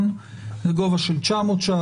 לגובה של 900 ₪.